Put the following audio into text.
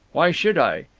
why should i?